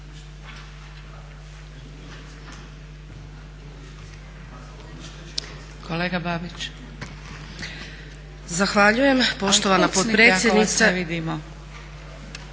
Vanja (SDP)** Zahvaljujem poštovana potpredsjednice,